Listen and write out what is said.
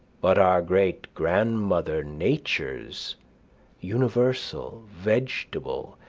but our great-grandmother nature's universal, vegetable,